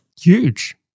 huge